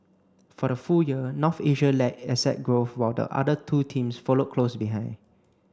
for the full year North Asia led asset growth while the other two teams followed close behind